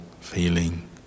feeling